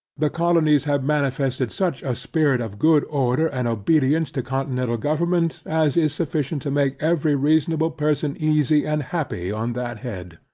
the colonies have manifested such a spirit of good order and obedience to continental government, as is sufficient to make every reasonable person easy and happy on that head.